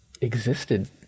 existed